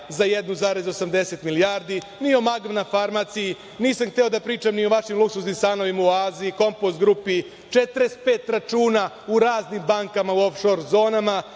za 1, 80 milijardi, ni o Magma farmaciji, nisam hteo da pričam ni o vašim luksuznim stanovima, 45 računa u raznim bankama u of šor zonama,